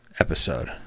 episode